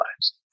lives